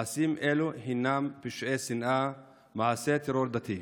מעשים אלה הם פשעי שנאה, מעשי טרור דתי.